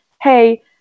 Hey